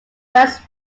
west